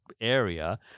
area